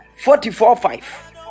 Forty-four-five